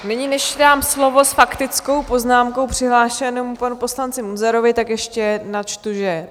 Nyní než dám slovo s faktickou poznámkou přihlášenému panu poslanci Munzarovi, ještě načtu dvě .